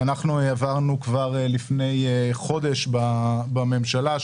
שהעברנו כבר לפני חודש בממשלה,